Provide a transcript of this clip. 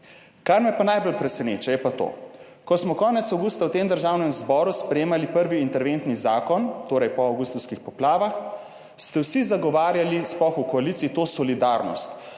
Kar me pa najbolj preseneča je pa to, ko smo konec avgusta v tem Državnem zboru sprejemali prvi interventni zakon, torej po avgustovskih poplavah ste vsi zagovarjali, sploh v koaliciji, to solidarnost,